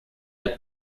der